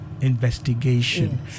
Investigation